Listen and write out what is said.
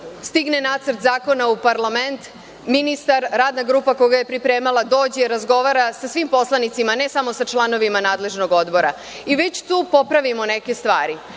Stigne nacrt zakona u parlament, ministar, radna grupa koja ga je pripremala dođe, razgovara sa svim poslanicima, ne samo sa članovima nadležnog odbora, i već tu popravimo neke stvari,